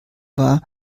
war